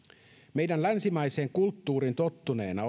meidän länsimaiseen kulttuuriin tottuneena